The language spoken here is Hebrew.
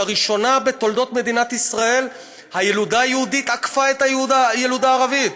לראשונה בתולדות מדינת ישראל הילודה היהודית עקפה את הילודה הערבית.